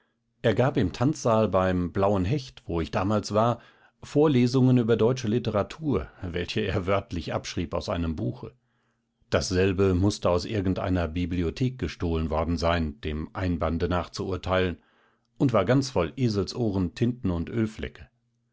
er gab im tanzsaal beim blauen hecht wo ich damals war vorlesungen über deutsche literatur welche er wörtlich abschrieb aus einem buche dasselbe mußte aus irgendeiner bibliothek gestohlen worden sein dem einbande nach zu urteilen und war ganz voll eselsohren tinten und ölflecke